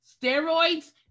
steroids